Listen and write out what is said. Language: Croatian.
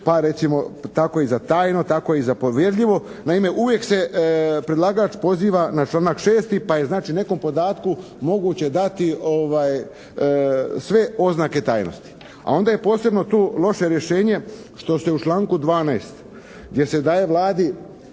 pa recimo tako i za tajno, tako i za povjerljivo. Naime, uvijek se predlagač poziva na članak 6. pa je znači nekom podatku moguće dati sve oznake tajnosti. A onda je tu posebno loše rješenje što se u članku 12. gdje se daje Vladi